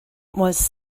was